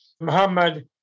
Muhammad